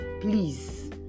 Please